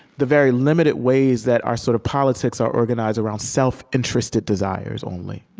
the very limited ways that our sort of politics are organized around self-interested desires only